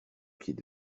pied